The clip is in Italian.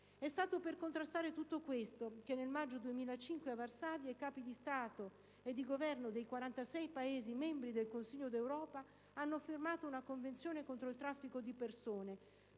È stato per contrastare tutto ciò che, nel maggio 2005, i Capi di Stato e di Governo dei 46 Paesi membri del Consiglio d'Europa hanno firmato a Varsavia una Convenzione contro il traffico di persone,